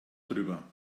drüber